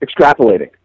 extrapolating